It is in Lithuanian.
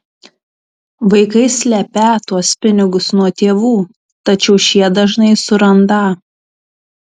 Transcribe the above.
vaikai slepią tuos pinigus nuo tėvų tačiau šie dažnai surandą